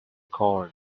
corn